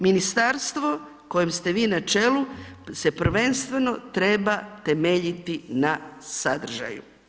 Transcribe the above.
Ministarstvo kojem ste vi na čelu se prvenstveno treba temeljiti na sadržaju.